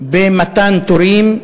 במתן תורים,